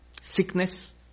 sickness